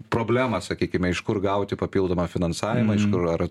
problemas sakykime iš kur gauti papildomą finansavimą iš kur ar